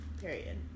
Period